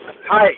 Hi